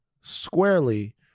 squarely